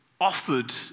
offered